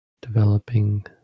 developing